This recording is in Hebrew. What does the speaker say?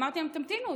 אמרתי להם: תמתינו,